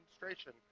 demonstration